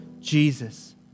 Jesus